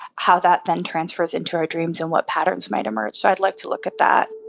how that then transfers into our dreams and what patterns might emerge. so i'd like to look at that